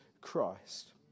Christ